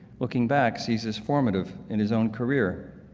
looking back, sees as formative in his own career.